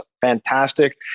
fantastic